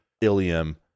Ilium